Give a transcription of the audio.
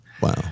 Wow